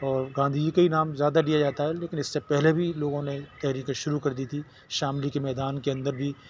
اور گاندھی جی کے ہی نام زیادہ لیا جاتا ہے لیکن اس سے پہلے بھی لوگوں نے تحریکیں شروع کر دی تھی شاملی کے میدان کے اندر بھی